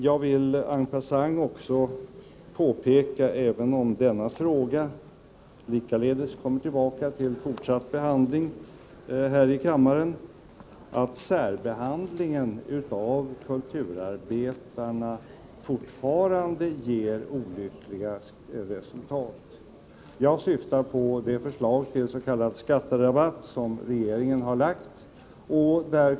Jag vill en passant också påpeka, även om denna fråga likaledes kommer tillbaka till fortsatt behandling här i kammaren, att särbehandlingen av kulturarbetarna fortfarande ger olyckliga resultat. Jag syftar på det förslag tills.k. skatterabatt som regeringen har lagt fram.